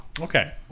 okay